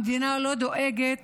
המדינה לא דואגת